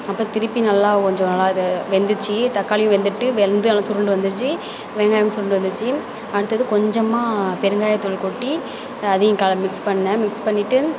அப்புறம் திருப்பி நல்லா கொஞ்சம் நல்லா இது வெந்திச்சு தக்காளியும் வெந்துட்டு வெந்து நல்லா சுருண்டு வந்திருச்சு வெங்காயமும் சுருண்டு வந்திருச்சு அடுத்தது கொஞ்சமாக பெருங்காயத்தூள் கொட்டி அதையும் கல மிக்ஸ் பண்ணிணேன் மிக்ஸ் பண்ணிவிட்டு